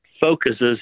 focuses